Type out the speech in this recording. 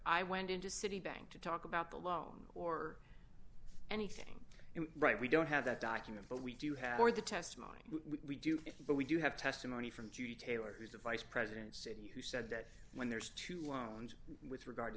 i went into citibank to talk about the loan or anything and right we don't have that document but we do have more the testimony we do but we do have testimony from judy taylor who's the vice president city who said that when there's two loans with regard to